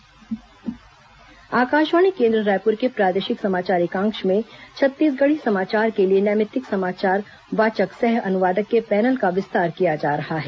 Akashvani Chhattisgarhi panel Akashvani केन्द्र रायपुर के प्रादेशिक समाचार एकांश में छत्तीसगढ़ी समाचार के लिए नैमित्तिक समाचार वाचक सह अनुवादक के पैनल का विस्तार किया जा रहा है